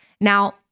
Now